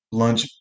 lunch